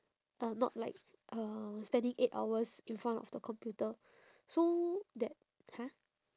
uh not like uh standing eight hours in front of the computer so that !huh!